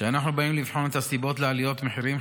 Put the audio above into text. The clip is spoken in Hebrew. כשאנחנו באים לבחון את הסיבות לעליות מחירים,